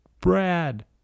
Brad